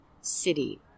City